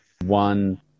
one